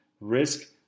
risk